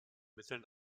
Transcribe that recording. mitteln